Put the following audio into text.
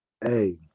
Hey